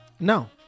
No